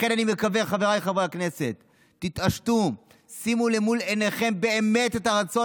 לכן אני מקווה שתתעשתו, חבריי חברי הכנסת.